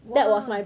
!wah!